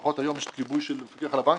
לפחות היום יש גיבוי של המפקח על הבנקים,